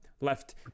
left